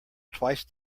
twice